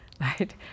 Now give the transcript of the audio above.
right